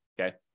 okay